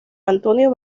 antonio